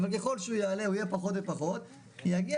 אבל ככל שהוא יעלה הוא יהיה פחות ופחות ויגיע